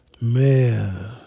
Man